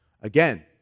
Again